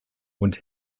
und